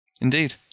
Indeed